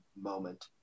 moment